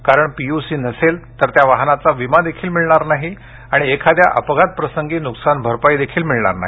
कारण पीयूसी नसेल तर त्या वाहनाचा विमा देखील मिळणार नाही आणि एखाद्या अपघातप्रसंगी नुकसान भरपाईदेखील मिळणार नाही